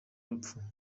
urupfu